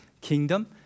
kingdom